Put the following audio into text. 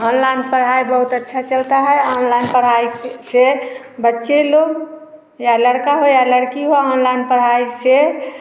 online पढ़ाई बहुत अच्छा चलता है ऑनलाइन पढ़ाई से बच्चे लोग या लड़का हो या लड़की हो अनलाइन पढ़ाई से